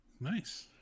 Nice